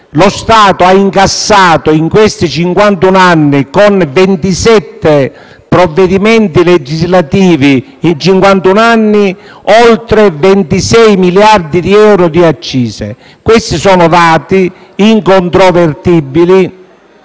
lo Stato ha incassato in questi cinquantuno anni, con 27 provvedimenti legislativi, oltre 26 miliardi di euro di accise. Questi sono dati incontrovertibili